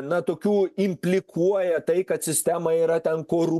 na tokių implikuoja tai kad sistema yra ten koru